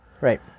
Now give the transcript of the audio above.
Right